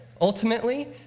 Ultimately